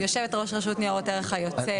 יושבת ראש רשות ניירות ערך היוצאת.